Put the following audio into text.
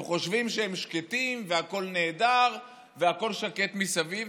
הם חושבים שהם שקטים והכול נהדר והכול שקט מסביב.